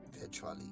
virtually